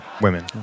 women